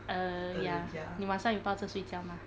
err ya 你晚上有抱着睡觉吗